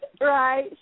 Right